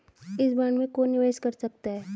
इस बॉन्ड में कौन निवेश कर सकता है?